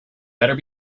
better